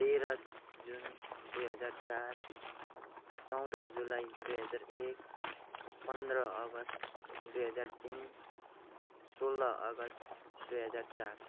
तेह्र जुन दुई हजार चार चौध जुलाई दुई हजार एक पन्ध्र अगस्त दुई हजार तिन सोह्र अगस्त दुई हजार चार